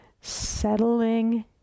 Settling